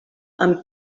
amb